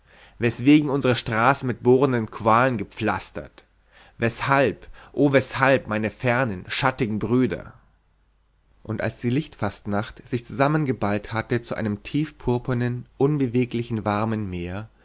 weswegen unsere straße mit bohrenden qualen gepflastert weshalb o weshalb meine fernen schattigen brüder und als die lichtfastnacht sich zusammengeballt hatte zu einem tiefpurpurnen unbeweglichen warmen meer